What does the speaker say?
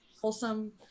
wholesome